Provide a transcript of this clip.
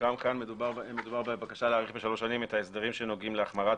כאן מדובר בבקשה להאריך בשלוש שנים את ההסדרים שנוגעים להחמרת